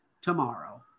tomorrow